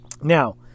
Now